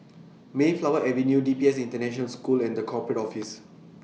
Mayflower Avenue D P S International School and The Corporate Office